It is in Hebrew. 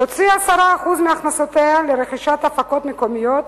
תוציא 10% מהכנסותיה לרכישת הפקות מקומיות